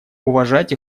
уважать